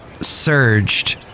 Surged